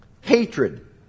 Hatred